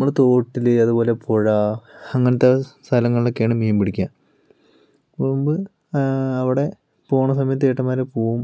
നമ്മളെ തോട്ടില് അതുപോലെ പുഴ അങ്ങനത്തെ സ്ഥലങ്ങളിൽ ഒക്കെയാണ് മീൻ പിടിക്കുക മുമ്പ് അവിടെ പോവണ സമയത്ത് ചേട്ടന്മാരെ പോവും